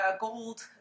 gold